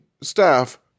staff